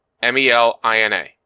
M-E-L-I-N-A